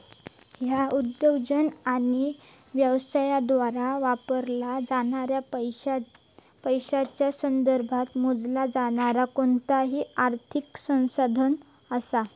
ह्या उद्योजक आणि व्यवसायांद्वारा वापरला जाणाऱ्या पैशांच्या संदर्भात मोजला जाणारा कोणताही आर्थिक संसाधन असा